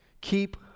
keep